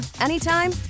anytime